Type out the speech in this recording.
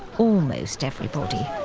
almost everybody.